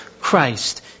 Christ